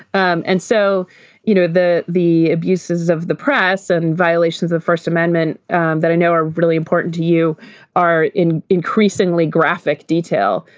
and and so you know the the abuses of the press and violations of first amendment that i know are really important to you are in increasingly graphic detail.